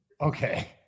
okay